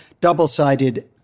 double-sided